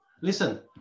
listen